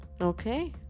Okay